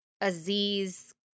Aziz